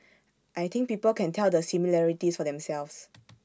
I think people can tell the similarities for themselves